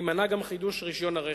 יימנע גם חידוש רשיון הרכב.